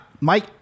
Mike